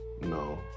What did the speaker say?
No